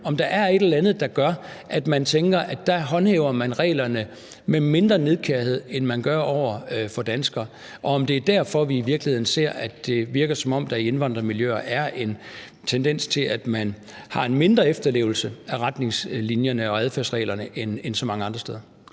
om der er et eller andet, der gør, at man tænker, at man dér håndhæver reglerne med mindre nidkærhed, end man gør over for danskere, og om det er derfor, at vi i virkeligheden ser, at det virker, som om der i indvandrermiljøer er en tendens til, at man har en mindre efterlevelse af retningslinjerne og adfærdsreglerne end så mange andre steder.